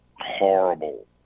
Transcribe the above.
horrible